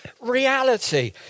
reality